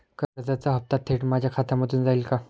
कर्जाचा हप्ता थेट माझ्या खात्यामधून जाईल का?